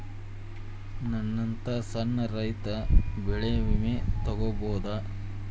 ನನ್ನಂತಾ ಸಣ್ಣ ರೈತ ಬೆಳಿ ವಿಮೆ ತೊಗೊಬೋದ?